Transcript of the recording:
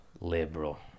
Liberal